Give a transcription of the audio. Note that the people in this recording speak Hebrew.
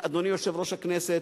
אדוני יושב-ראש הכנסת,